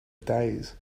days